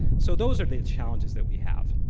so those are the challenges that we have.